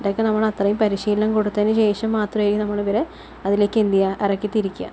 ഇവിടെയൊക്കെ നമ്മൾ അത്രയും പരിശീലനം കൊടുത്തതിന് ശേഷം മാത്രമായിരിക്കും നമ്മൾ ഇവരെ അതിലേയ്ക്ക് എന്ത് ചെയ്യുക ഇറക്കി തിരിക്കുക